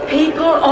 people